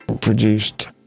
produced